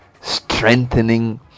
strengthening